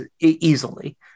easily